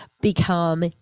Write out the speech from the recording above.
become